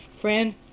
Friend